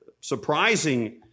surprising